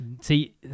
See